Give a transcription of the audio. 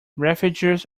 refugees